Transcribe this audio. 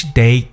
day